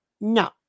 No